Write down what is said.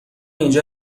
اینجا